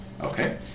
Okay